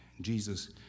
Jesus